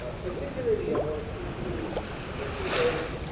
particularly, i want to speak to the two thirds.